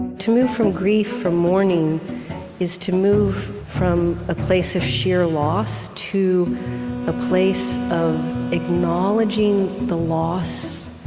to move from grief, from mourning is to move from a place of sheer loss to a place of acknowledging the loss,